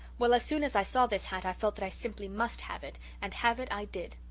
well, as soon as i saw this hat i felt that i simply must have it and have it i did.